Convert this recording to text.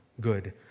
good